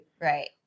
right